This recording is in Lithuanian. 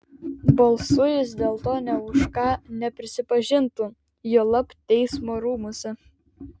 balsu jis dėl to nė už ką neprisipažintų juolab teismo rūmuose